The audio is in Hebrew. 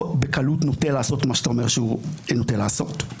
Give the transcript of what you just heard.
בקלות נוטה לעשות את מה שאתה אומר שהוא נוטה לעשות.